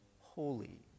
holy